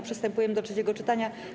Przystępujemy do trzeciego czytania.